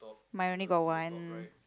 my only got one